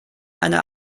eine